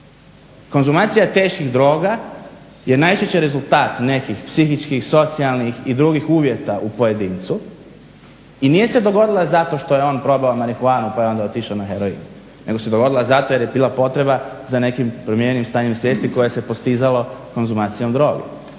Konzumacija teških droga je najčešće rezultat nekih psihičkih, socijalnih i drugih uvjeta u pojedincu i nije se dogodila zato što je on probao marihuanu pa je onda otišao na heroin nego se dogodila zato jer je bila potreba za nekim promijenjenim stanjem svijesti koje se postizalo konzumacijom droge.